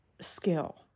skill